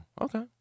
Okay